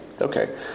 okay